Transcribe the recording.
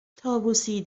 طاووسی